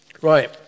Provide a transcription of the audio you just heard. Right